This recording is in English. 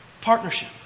partnership